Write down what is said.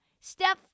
Steph